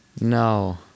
No